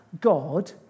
God